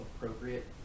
appropriate